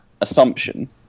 assumption